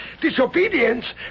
Disobedience